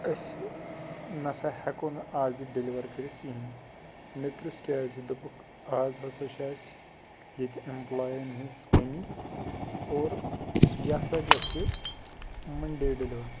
أسۍ نَسا ہیٚکو نہٕ آز یہِ ڈیٚلِوَر کٔرِتھ کِہیٖنۍ مےٚ پرُژھ کیٛازِ دوٚپُکھ اَز ہَسا چھِ اَسہِ ییٚتہِ ایمپلایَن ہِنٛز کٔمی اور یہِ ہَسا گَژھِ مَنٛڈے ڈیٚلِور